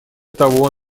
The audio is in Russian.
того